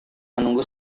menunggu